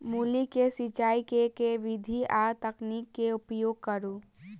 मूली केँ सिचाई केँ के विधि आ तकनीक केँ उपयोग करू?